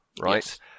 right